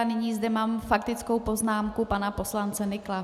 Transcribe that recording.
Nyní zde mám faktickou poznámku pana poslance Nykla.